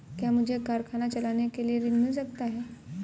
क्या मुझे कारखाना चलाने के लिए ऋण मिल सकता है?